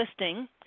listing